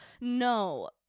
No